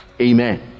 Amen